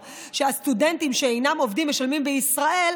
שהסטודנטים שאינם עובדים משלמים בישראל,